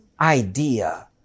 idea